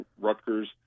Rutgers